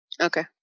Okay